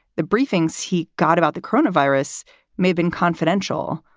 the briefings he got about the corona virus maven confidential.